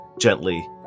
gently